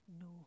no